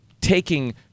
taking